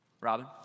Robin